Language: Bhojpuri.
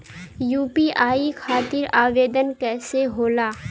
यू.पी.आई खातिर आवेदन कैसे होला?